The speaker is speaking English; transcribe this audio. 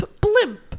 blimp